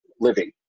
living